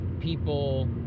people